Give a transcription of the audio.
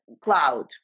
cloud